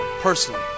personally